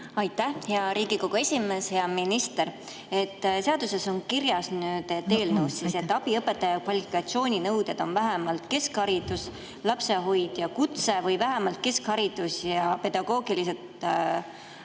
Aitäh, hea Riigikogu esimees! Hea minister! Seaduseelnõus on kirjas, et abiõpetaja kvalifikatsiooninõuded on vähemalt keskharidus, lapsehoidja kutse või vähemalt keskharidus ja pedagoogilised